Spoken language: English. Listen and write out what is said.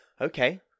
Okay